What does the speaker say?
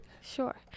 sure